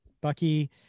Bucky